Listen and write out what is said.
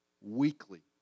weekly